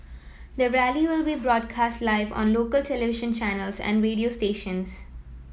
the rally will be broadcast live on local television channels and radio stations